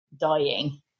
dying